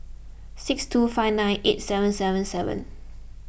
six two five nine eight seven seven even